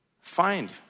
Find